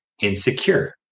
insecure